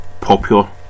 popular